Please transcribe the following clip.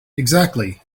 exactly